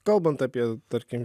kalbant apie tarkim